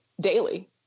daily